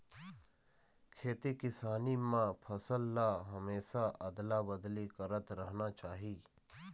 खेती किसानी म फसल ल हमेशा अदला बदली करत रहना चाही